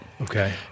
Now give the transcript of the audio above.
Okay